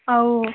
ଆଉ